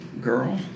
girl